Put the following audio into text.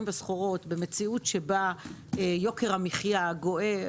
וסחורות במציאות שבה יוקר המחייה גואה,